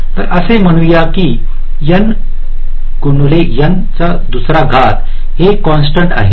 तर असे म्हणू या हे कॉन्स्टंट आहे